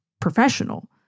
professional